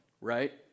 right